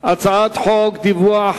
הצעת חוק דיווח